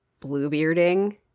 bluebearding